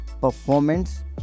performance